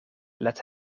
let